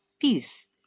peace